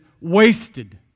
wasted